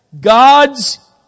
God's